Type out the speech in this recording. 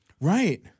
right